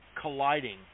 colliding